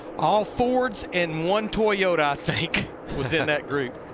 all fords in one toyota, within that group.